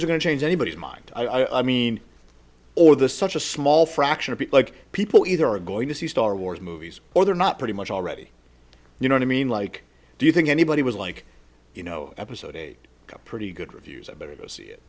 're going to change anybody's mind i mean or the such a small fraction of the like people either are going to see star wars movies or they're not pretty much already you know i mean like do you think anybody was like you know episode eight up pretty good reviews i better go see